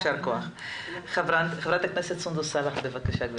ח"כ סונדוס סאלח בבקשה.